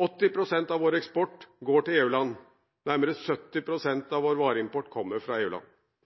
80 pst. av vår eksport går til EU-land, og nærmere 70 pst. av vår vareimport kommer fra